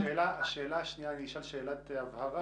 שאלת הבהרה